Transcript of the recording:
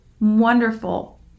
wonderful